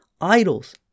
Idols